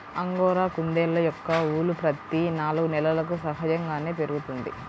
angora కుందేళ్ళ యొక్క ఊలు ప్రతి నాలుగు నెలలకు సహజంగానే పెరుగుతుంది